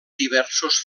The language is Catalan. diversos